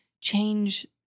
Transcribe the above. change